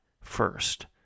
first